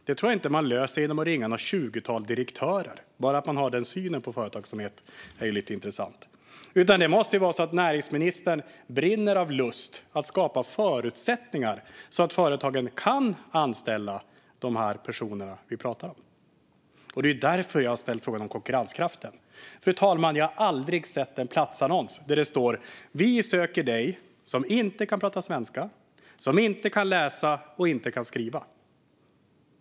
Det tror jag inte att man löser genom att ringa något tjugotal direktörer - bara att man har den synen på företagsamhet är ju lite intressant - utan det måste vara så att näringsministern brinner av lust att skapa förutsättningar så att företagen kan anställa de personer vi pratar om. Det är därför jag har ställt frågan om konkurrenskraften. Fru talman! Jag har aldrig sett en platsannons där det står "Vi söker dig som inte kan prata svenska, som inte kan läsa och inte kan skriva".